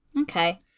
Okay